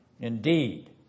Indeed